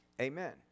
Amen